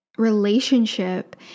Relationship